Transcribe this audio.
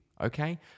Okay